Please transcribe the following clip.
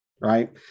right